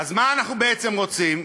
אז מה אנחנו בעצם רוצים?